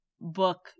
book